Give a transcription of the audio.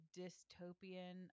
dystopian